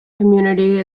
community